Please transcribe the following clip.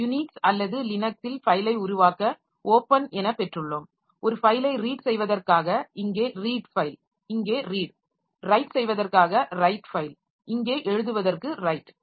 Unix அல்லது லினக்ஸில் ஃபைலை உருவாக்க ஓப்பன் என பெற்றுள்ளோம் ஒரு ஃபைலை ரீட் செய்வதற்காக இங்கே ரீட் ஃபைல் இங்கே ரீட் ரைட் செய்வதற்காக ரைட் ஃபைல் இங்கே எழுதுவதற்கு ரைட்